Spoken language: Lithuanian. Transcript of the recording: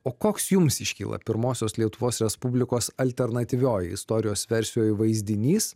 o koks jums iškyla pirmosios lietuvos respublikos alternatyviojoj istorijos versijoj vaizdinys